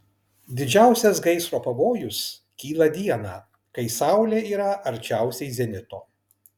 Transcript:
didžiausias gaisro pavojus kyla dieną kai saulė yra arčiausiai zenito